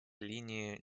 linie